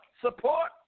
support